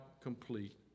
complete